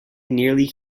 nearly